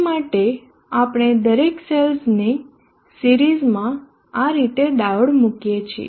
તે માટે આપણે દરેક સેલ્સની સિરીઝ માં આ રીતે ડાયોડ મૂકીએ છીએ